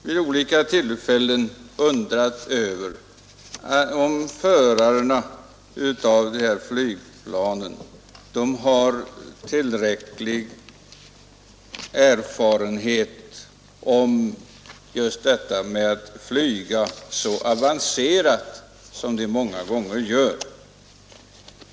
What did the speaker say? Vid flera tillfällen har jag undrat över om förarna av de flygplan som det här gäller verkligen har tillräcklig erfarenhet för att flyga så avancerat som de många gånger gör.